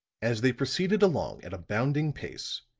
as they proceeded along at a bounding pace,